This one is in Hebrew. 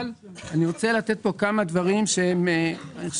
אבל אני רוצה לתת כאן כמה דברים שאני חושב